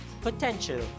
potential